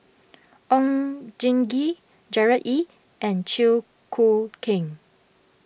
Oon Jin Gee Gerard Ee and Chew Koo Keng